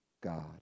God